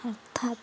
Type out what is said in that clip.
ଅର୍ଥାତ୍